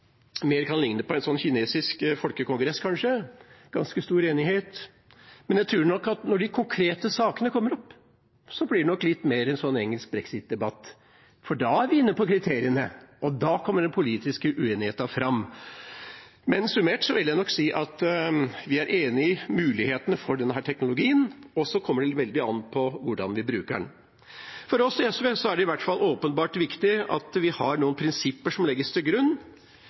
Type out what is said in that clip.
på en kinesisk folkekongress – ganske stor enighet – men jeg tror nok at når de konkrete sakene kommer opp, blir det litt mer som en engelsk brexit-debatt. For da er vi inne på kriteriene, og da kommer den politiske uenigheten fram. Men summert vil jeg nok si at vi er enige om mulighetene for denne teknologien, og så kommer det veldig an på hvordan vi bruker den. For oss i SV er det i hvert fall viktig at vi har noen prinsipper som legges til grunn,